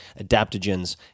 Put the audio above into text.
adaptogens